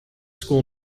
school